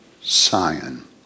Sion